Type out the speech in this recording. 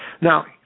Now